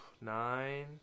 Nine